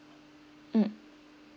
mm